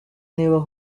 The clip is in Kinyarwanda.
niba